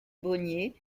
bonnier